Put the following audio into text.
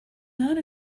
not